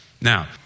Now